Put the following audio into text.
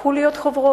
הפכו להיות חוברות.